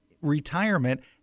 retirement